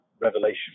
revelation